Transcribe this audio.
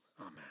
Amen